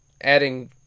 adding